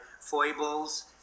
foibles